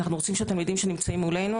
אנחנו נעביר לפרופ' מרגלית פינקלברג,